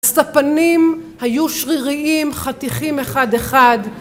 הספנים היו שריריים, חתיכים אחד אחד